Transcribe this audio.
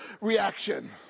reaction